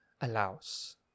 allows